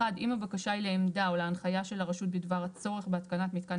(1) אם הבקשה היא לעמדה או להנחיה של הרשות בדבר הצורך בהתקנת מתקן